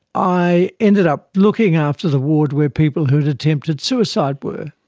i ended up looking after the ward where people who had attempted suicide were.